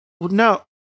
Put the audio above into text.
No